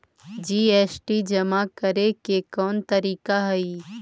GST जमा करे के कौन तरीका हई